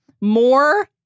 more